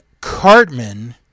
Cartman